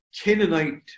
Canaanite